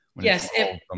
Yes